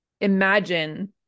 imagine